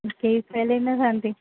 କେହି ଫେଲ୍ ହେଇନଥାନ୍ତି